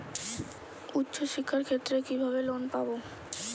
উচ্চশিক্ষার ক্ষেত্রে কিভাবে লোন পাব?